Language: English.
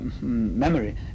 memory